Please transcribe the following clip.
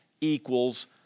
equals